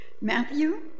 Matthew